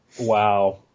Wow